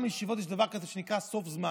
בעולם הישיבות יש דבר כזה שנקרא סוף זמן.